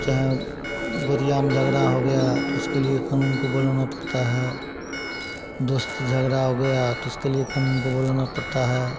चाहें बोरिया में झगड़ा हो गया तो उसके लिए कानून को बुलाना पड़ता है दोस्त से झगड़ा हो गया तो उसके लिए कानून को बुलाना पड़ता है